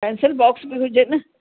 pencil box बि हुजेनि